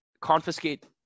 confiscate